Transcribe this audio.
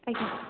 ଆଜ୍ଞା